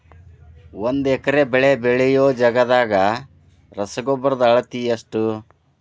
ಒಂದ್ ಎಕರೆ ಬೆಳೆ ಬೆಳಿಯೋ ಜಗದಾಗ ರಸಗೊಬ್ಬರದ ಅಳತಿ ಎಷ್ಟು?